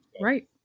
Right